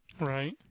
right